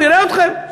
נראה אתכם.